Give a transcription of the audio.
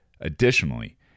Additionally